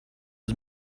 was